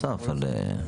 העבודה.